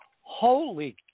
holy